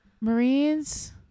Marines